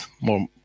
more